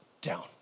down